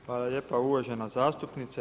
Hvala lijepa uvažena zastupnice.